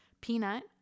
Peanut